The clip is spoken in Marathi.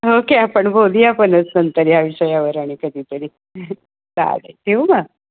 ओके आपण बोलूया आपण नंतर ह्या विषयावर आणि कधी तरी चालेल ठेवू मग